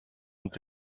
ont